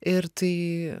ir tai